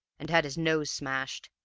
and had his nose smashed,